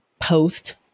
post